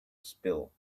spill